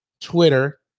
Twitter